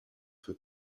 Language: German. für